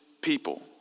people